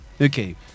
Okay